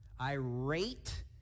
irate